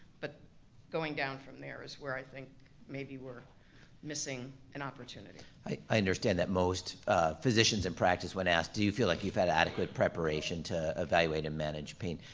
but going down from there is where i think maybe we're missing an opportunity. i understand that most physicians in practice when asked, do you feel like you've had adequate preparation to evaluate and manage pain,